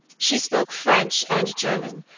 she spoke french and german,